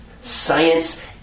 science